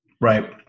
Right